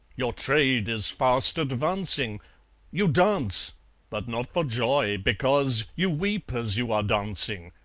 your trade is fast advancing you dance but not for joy, because you weep as you are dancing.